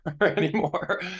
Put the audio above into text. anymore